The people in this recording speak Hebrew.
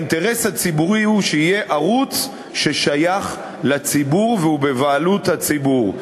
האינטרס הציבורי הוא שיהיה ערוץ ששייך לציבור והוא בבעלות הציבור.